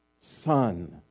Son